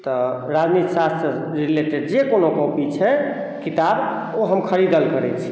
तऽ राजनीति शास्त्र से रिलेटेड जे कोनो कॉपी छै किताब ओ हम खरीदल करै छी